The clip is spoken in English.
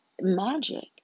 magic